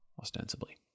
ostensibly